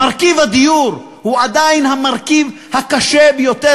מרכיב הדיור הוא עדיין המרכיב הקשה ביותר,